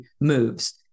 moves